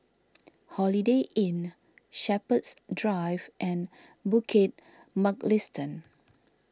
Holiday Inn Shepherds Drive and Bukit Mugliston